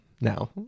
now